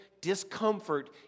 discomfort